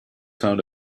found